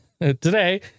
Today